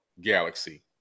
Galaxy